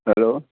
hello